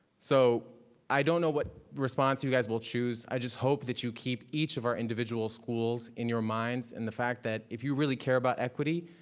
so i don't know what response you guys will choose. i just hope that you keep each of our individual schools in your minds and the fact that if you really care about equity,